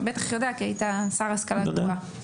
אתה בטח יודע כי היית השר להשכלה גבוהה.